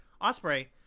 Osprey